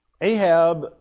Ahab